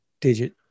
digit